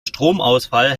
stromausfall